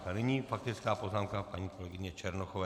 Nyní faktická poznámka paní kolegyně Černochové.